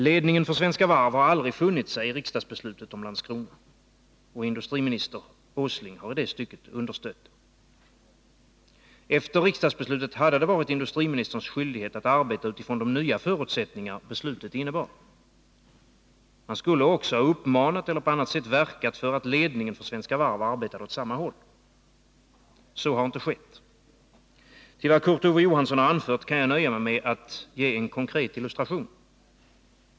Ledningen för Svenska Varv har aldrig funnit sig i riksdagsbeslutet om Landskrona. Och industriminister Åsling har i det stycket understött Svenska Varvs ledning. Efter riksdagsbeslutet hade det varit industriministerns skyldighet att arbeta utifrån de nya förutsättningar som beslutet innebar. Han skulle också ha uppmanat eller på annat sätt verkat för att ledningen för Svenska Varv arbetade åt samma håll. Så har inte skett. Till vad Kurt Ove Johansson anfört kan jag nöja mig med att ge en konkret illustration.